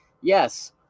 yes